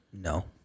No